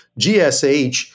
GSH